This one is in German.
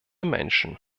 menschen